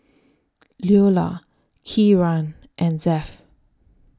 Loula Kieran and Zed